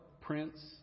Prince